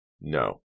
No